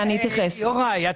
יוראי,